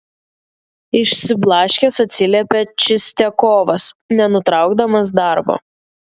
išsiblaškęs atsiliepė čistiakovas nenutraukdamas darbo